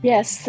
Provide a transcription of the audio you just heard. Yes